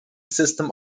system